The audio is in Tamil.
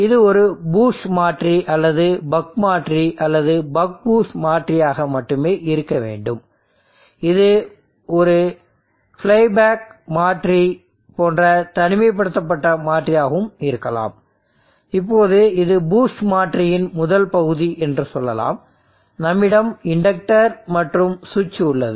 இது ஒரு பூஸ்ட் மாற்றி அல்லது பக் மாற்றி அல்லது பக் பூஸ்ட் மாற்றியாக மட்டுமே இருக்க வேண்டும் இது ஒரு ஃப்ளை பேக் மாற்றி போன்ற தனிமைப்படுத்தப்பட்ட மாற்றியாகவும் இருக்கலாம் இப்போது இது பூஸ்ட் மாற்றியின் முதல் பகுதி என்று சொல்லலாம் நம்மிடம் இண்டக்டர் மற்றும் சுவிட்ச் உள்ளது